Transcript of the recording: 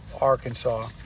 arkansas